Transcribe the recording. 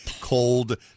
cold